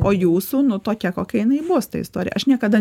o jūsų nu tokia kokia jinai bus ta istorija aš niekada